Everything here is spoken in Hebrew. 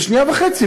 בשנייה וחצי,